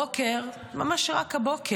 אמר הבוקר, ממש רק הבוקר,